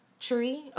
tree